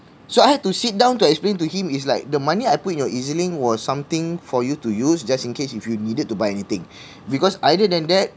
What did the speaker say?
so I had to sit down to explain to him it's like the money I put in your E_Z link was something for you to use just in case if you needed to buy anything because either than that